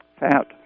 fat